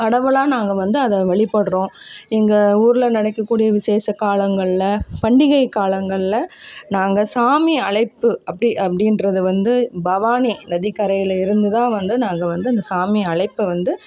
கடவுளாக நாங்கள் வந்து அதை வழிபடுறோம் எங்கள் ஊரில் நடக்கக்கூடிய விஷேச காலங்களில் பண்டிகை காலங்களில் நாங்கள் சாமி அழைப்பு அப்படி அப்படின்றது வந்து பவானி நதிகரைலிருந்து தான் வந்து நாங்கள் வந்து சாமி அழைப்பை வந்து